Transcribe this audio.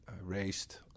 raised